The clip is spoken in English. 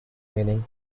meaning